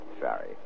Sorry